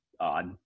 odd